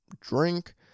drink